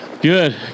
Good